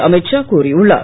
அமித்ஷா கூறியுள்ளார்